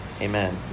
Amen